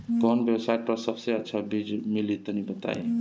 कवन वेबसाइट पर सबसे अच्छा बीज मिली तनि बताई?